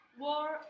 War